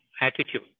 attitude